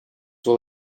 will